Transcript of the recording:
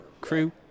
crew